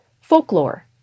folklore